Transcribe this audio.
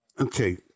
Okay